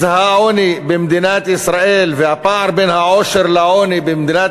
העוני במדינת ישראל והפער בין העושר לעוני במדינת